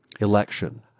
election